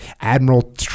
Admiral